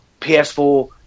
PS4